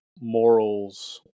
morals